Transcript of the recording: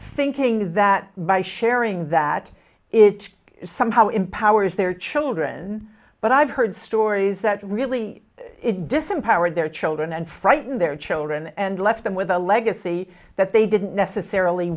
thinking that by sharing that it somehow empowers their children but i've heard stories that really disempowered their children and frightened their children and left them with a legacy that they didn't necessarily